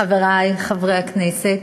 חברי חברי הכנסת,